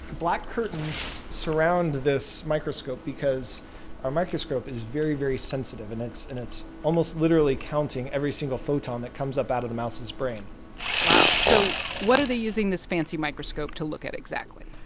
black curtains surround this microscope because our microscope is very, very sensitive. and it's and it's almost literally counting every single photon that comes up out of the mouse's brain wow. so what are they using this fancy microscope to look at exactly?